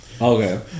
okay